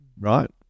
right